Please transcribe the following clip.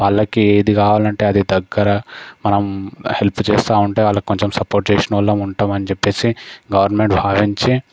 వాళ్లకి ఏది కావాలంటే అది దగ్గర మనం హెల్ప్ చేస్తా ఉంటే వాళ్లకు కొంచెం సపోర్ట్ చేసినోలం ఉంటామని చెప్పేసి గవర్నమెంట్ భావించి